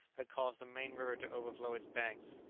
had caused the main river to overflow its banks.